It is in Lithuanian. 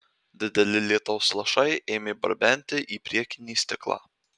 dideli lietaus lašai ėmė barbenti į priekinį stiklą